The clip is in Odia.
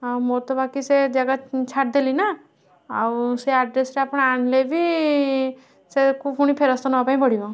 ହଁ ମୋର ତ ବାକି ସେ ଜାଗା ଛାଡ଼ିଦେଲି ନା ଆଉ ସେ ଆଡ୍ରେସ୍ରେ ଆପଣ ଆଣିଲେ ବି ସେଆକୁ ପୁଣି ଫେରସ୍ତ ନେବା ପାଇଁ ପଡ଼ିବ